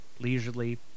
Leisurely